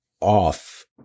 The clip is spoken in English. off